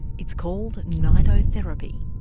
it's called nidotherapy.